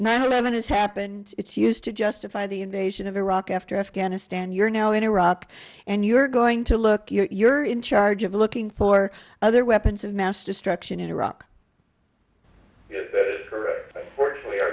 nine eleven it's happened it's used to justify the invasion of iraq after afghanistan you're now in iraq and you're going to look you're in charge of looking for other weapons of mass destruction in iraq fortunately